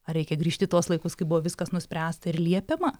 ar reikia grįžt į tuos laikus kai buvo viskas nuspręsta ir liepiama